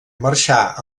marxà